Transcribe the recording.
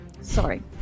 sorry